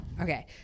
Okay